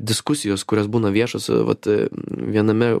diskusijos kurios būna viešos vat viename